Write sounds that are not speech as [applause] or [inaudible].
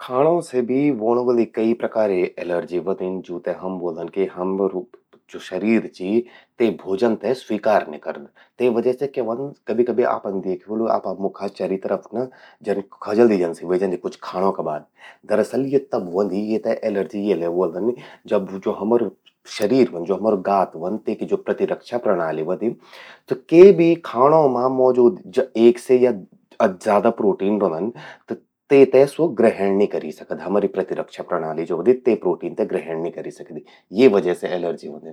खाणों से भी ह्वेण वलि कई प्रकारे एलर्जी ह्वोंदिन जूंते ब्वोल्दन कि हमरू ज्वो शरीर चि ते भोजन ते स्वीकार नि करद। ते वजह से क्या व्हंद, जन कभी कभी आपन द्येखि व्होलु आपा मुखा चरि तरफ ना जन खजल़ि जन सि ह्वे जंदि कुछ खाणों का बाद। दरअसल, या तब ह्वोंदि, येते एलर्जी येले ब्वोद्न जब ज्वो हमरु शरीर रौंद, गात व्हंद तेकि ज्वो प्रतिरक्षा प्रणाली ह्वोंदि त के भी खाणों मां मौजूद ज्वो एक से या [hesitation] ज्यादा प्रोटीन रौंदन तेते स्वो ग्रहण नि करी सकद। हमरि ज्वो प्रतिरक्षा प्रणाली ह्वोंदि ते प्रोटीन ते ग्रहण नि करी सकदी। ये वजह से एलर्जी ह्वोंदिन।